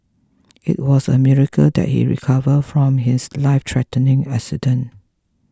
it was a miracle that he recover from his life threatening accident